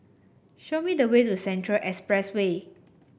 show me the way to Central Expressway